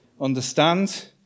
understand